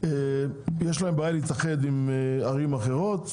יש להם בעיה להתאחד עם ערים אחרות,